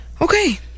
Okay